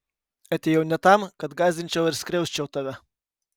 atėjau ne tam kad gąsdinčiau ar skriausčiau tave